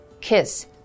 Kiss